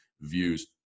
views